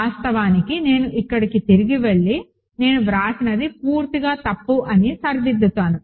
వాస్తవానికి నేను ఇక్కడకు తిరిగి వెళ్లి నేను వ్రాసినది పూర్తిగా తప్పు అని సరిదిద్దుతాను